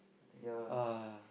uh